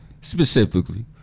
specifically